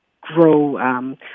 grow